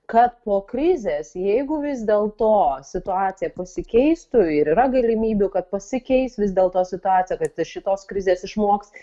kad po krizės jeigu vis dėl to situacija pasikeistų ir yra galimybių kad pasikeis vis dėl to situacija kad iš šitos krizės išmoks